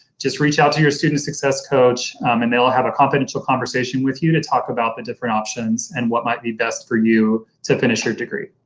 just reach out to your student success coach and they'll have a confidential conversation with you to talk about the different options and what might be best for you to finish your degree.